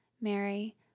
Mary